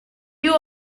you